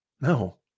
No